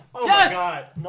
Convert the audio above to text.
Yes